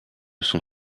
son